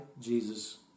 Jesus